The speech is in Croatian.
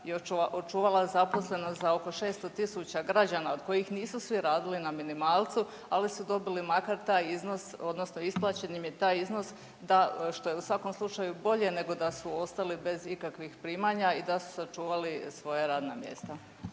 i očuvala zaposlenost za oko 600.000 građana od kojih nisu svi radili na minimalcu, ali su dobili makar taj iznos odnosno isplaćen im je taj iznos, što je u svakom slučaju bolje nego da su ostali bez ikakvih primanja i da su sačuvali svoja radna mjesta.